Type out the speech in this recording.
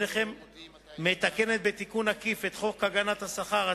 בפניכם מתקנת בתיקון עקיף את חוק הגנת השכר,